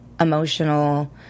emotional